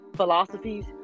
Philosophies